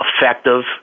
effective